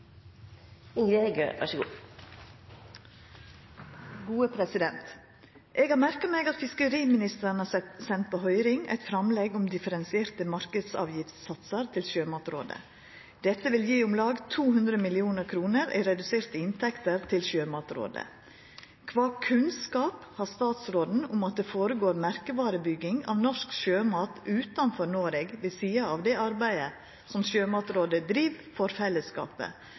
Sjømatrådet. Dette vil gje om lag 200 mill. kroner i reduserte inntekter til Sjømatrådet. Kva kunnskap har statsråden om at det foregår merkevarebygging av norsk sjømat utanfor Noreg ved sida av det arbeidet som Sjømatrådet driv for fellesskapet,